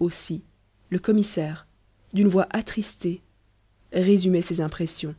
aussi le commissaire d'une voix attristée résumait ses impressions